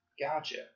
Gotcha